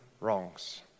wrongs